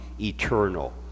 eternal